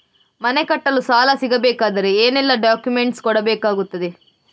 ಮನೆ ಕಟ್ಟಲು ಸಾಲ ಸಿಗಬೇಕಾದರೆ ಏನೆಲ್ಲಾ ಡಾಕ್ಯುಮೆಂಟ್ಸ್ ಕೊಡಬೇಕಾಗುತ್ತದೆ?